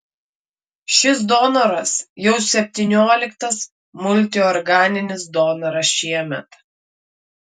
šis donoras jau septynioliktas multiorganinis donoras šiemet